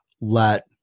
let